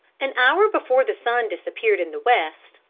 an hour before the sun disappeared in the west,